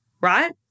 right